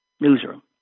newsroom